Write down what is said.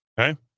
Okay